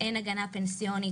אין הגנה פנסיונית,